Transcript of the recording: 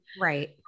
Right